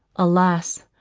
alas!